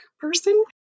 person